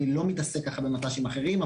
אני לא מתעסק ככה במט"שים אחרים,